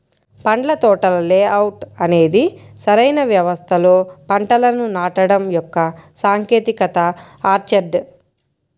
పండ్ల తోటల లేఅవుట్ అనేది సరైన వ్యవస్థలో పంటలను నాటడం యొక్క సాంకేతికత ఆర్చర్డ్